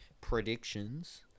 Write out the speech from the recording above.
predictions